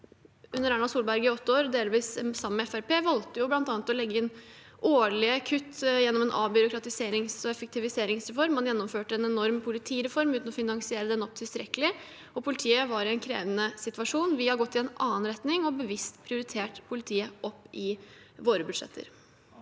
under Erna Solberg i åtte år, delvis sammen med Fremskrittspartiet – valgte bl.a. å legge inn årlige kutt gjennom en avbyråkratiserings- og effektiviseringsreform. Man gjennomførte en enorm politireform uten å finansiere den tilstrekkelig, og politiet var i en krevende situasjon. Vi har gått i en annen retning og bevisst prioritert opp politiet i våre budsjetter.